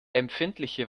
empfindliche